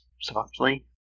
softly